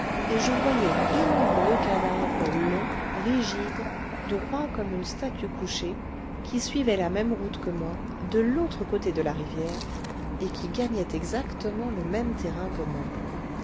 et je voyais de nouveau le cadavre long rigide droit comme une statue couchée qui suivait la même route que moi de l'autre côté de la rivière et qui gagnait exactement le même terrain que moi